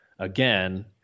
again